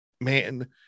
man